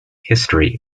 history